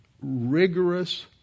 rigorous